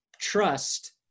trust